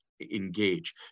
engage